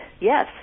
Yes